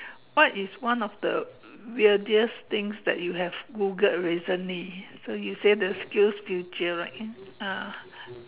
what is one of the weirdest things that you have Googled recently so you say the skills future right ah